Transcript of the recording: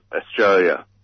Australia